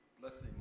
Blessing